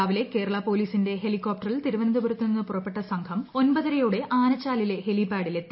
രാവിലെ കേരള പൊലീസിന്റെ ഹെലികോപ്റ്ററിൽ തിരുവനന്തപുരത്ത് നിന്ന് പുറപ്പെട്ട സംഘം ഒമ്പതരയോടെ ആനച്ചാലിലെ ഹെലി പാഡിൽ എത്തി